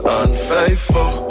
unfaithful